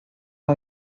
las